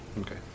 okay